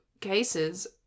cases